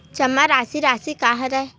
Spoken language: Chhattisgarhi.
जमा राशि राशि का हरय?